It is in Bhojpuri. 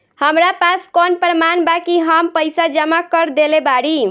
हमरा पास कौन प्रमाण बा कि हम पईसा जमा कर देली बारी?